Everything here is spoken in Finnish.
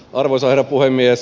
arvoisa herra puhemies